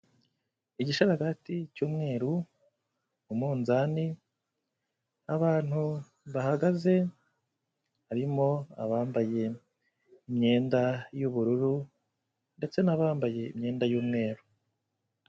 Igisharagati cy'umweru mu munzani, abantu bahagaze harimo abambaye imyenda y'ubururu ndetse n'abambaye imyenda y'umweru.